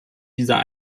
dieser